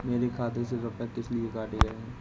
मेरे खाते से रुपय किस लिए काटे गए हैं?